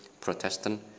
Protestant